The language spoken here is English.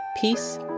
peace